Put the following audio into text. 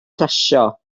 plesio